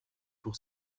pour